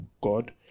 God